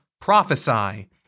Prophesy